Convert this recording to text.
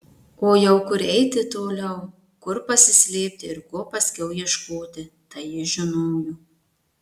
o jau kur eiti toliau kur pasislėpti ir ko paskiau ieškoti tai jis žinojo